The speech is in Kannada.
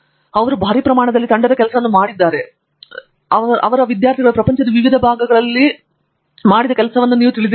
ವಾಸ್ತವವಾಗಿ ಅವರು ಭಾರಿ ಪ್ರಮಾಣದಲ್ಲಿ ತಂಡದ ಕೆಲಸವನ್ನು ಮಾತನಾಡುತ್ತಿದ್ದಾರೆ ಅಲ್ಲಿ ಅವರು ನಿಮ್ಮ ಗುಂಪನ್ನು ಮಾತ್ರ ತಿಳಿದಿಲ್ಲ ಆದರೆ ಪ್ರಪಂಚದ ವಿವಿಧ ಭಾಗಗಳಲ್ಲಿ ಅವನ ಮುಂದೆ ಕೆಲಸ ಮಾಡಿದ ಇತರ ಜನರನ್ನು ನೀವು ತಿಳಿದಿರುವಿರಿ